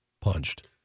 punched